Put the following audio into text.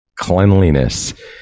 cleanliness